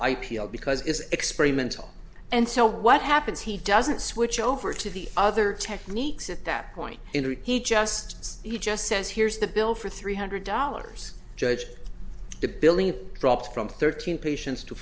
l because it is experimental and so what happens he doesn't switch over to the other techniques at that point in ricky just he just says here's the bill for three hundred dollars judge the building dropped from thirteen patients to